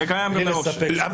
זה קיים גם בעושק.